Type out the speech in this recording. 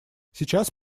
сейчас